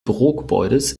bürogebäudes